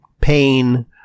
pain